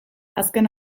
azken